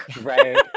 right